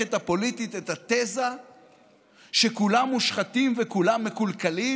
למערכת הפוליטית את התזה שכולם מושחתים וכולם מקולקלים,